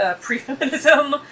pre-feminism